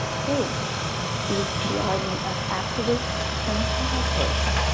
third is the army of activists and helpers,